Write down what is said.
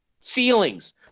ceilings